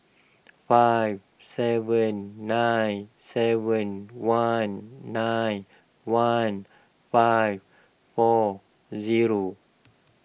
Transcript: five seven nine seven one nine one five four zero